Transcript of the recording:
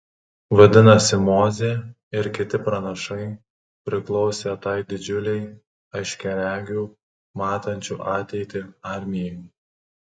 vadinasi mozė ir kiti pranašai priklausė tai didžiulei aiškiaregių matančių ateitį armijai